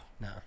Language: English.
No